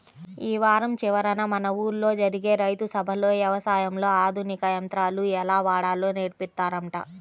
యీ వారం చివరన మన ఊల్లో జరిగే రైతు సభలో యవసాయంలో ఆధునిక యంత్రాలు ఎలా వాడాలో నేర్పిత్తారంట